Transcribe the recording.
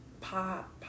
pop